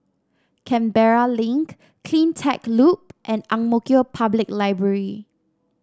Canberra Link CleanTech Loop and Ang Mo Kio Public Library